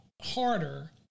harder